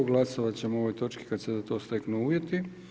Glasovat ćemo o ovoj točki kad se za to steknu uvjeti.